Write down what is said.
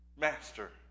master